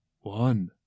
one